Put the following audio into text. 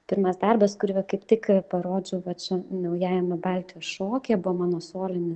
pirmas darbas kurį va kaip tik parodžiau vat čia naujajame baltijos šokyje buvo mano solinis